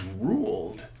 ruled